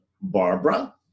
Barbara